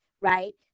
right